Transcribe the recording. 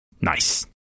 Nice